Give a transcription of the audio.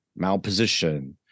malposition